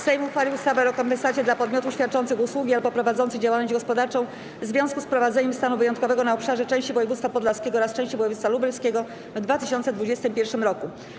Sejm uchwalił ustawę o rekompensacie dla podmiotów świadczących usługi albo prowadzących działalność gospodarczą w związku z wprowadzeniem stanu wyjątkowego na obszarze części województwa podlaskiego oraz części województwa lubelskiego w 2021 r.